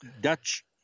Dutch